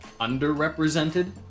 underrepresented